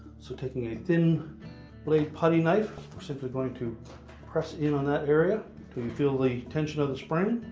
so taking a thin blade putty knife, we're simply going to press in on that area till you feel the tension of the spring.